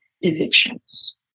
evictions